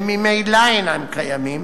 שממילא אינם קיימים,